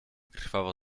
krwawo